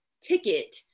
ticket